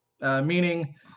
meaning